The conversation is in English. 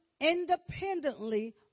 independently